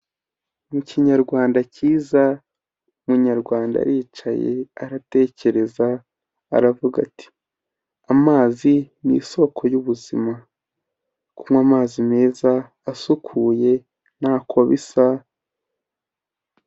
Mu Kinyarwanda cyiza, umunyarwanda yaricaye aratekereza aravuga ati "amazi ni isoko y'ubuzima " kunywa amazi meza asukuye ntako bisa.